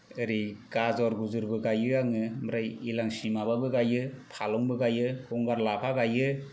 ओरै गाजर गुजरबो गायो आङो ओमफ्राय इलांचि माबाबो गायो फालंबो गायो गंगार लाफा गायो